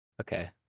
Okay